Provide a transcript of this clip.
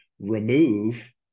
remove